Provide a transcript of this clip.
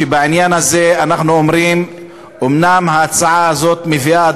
בערוץ הכנסת, סָלַח לה, היושב-ראש.